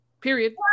Period